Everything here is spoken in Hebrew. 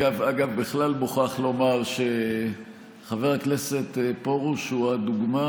אגב, אני מוכרח לומר שחבר הכנסת פרוש הוא הדוגמה